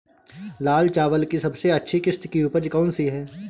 लाल चावल की सबसे अच्छी किश्त की उपज कौन सी है?